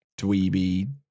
dweeby